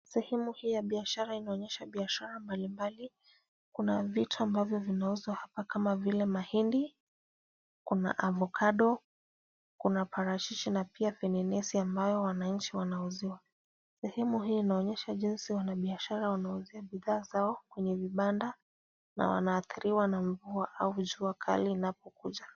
Sehemu hii ya biashara inaonyesha biashara mbali mbali. Kuna vitu ambavyo vinauzwa apa kama vile mahindi, kuna avokado , kuna parachichi na pia fenenesi ambayo wananchi wanauziwa. Sehemu hii inaonyesha jinsi wanabiashara wanauza bidhaa zao kwenye vibanda na wanaathiriwa na mvua au jua kali inapokuja.